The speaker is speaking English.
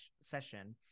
session